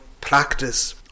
practice